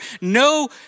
No